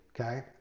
okay